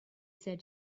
said